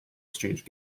exchange